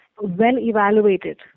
well-evaluated